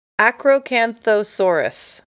Acrocanthosaurus